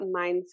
mindset